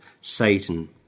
Satan